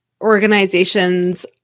organizations